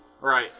Right